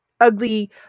ugly